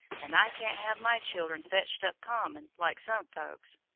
and i can't have my childern fetched up common, like some folks.